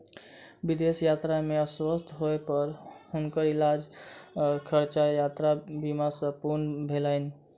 विदेश यात्रा में अस्वस्थ होय पर हुनकर इलाजक खर्चा यात्रा बीमा सॅ पूर्ण भेलैन